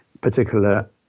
particular